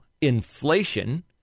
inflation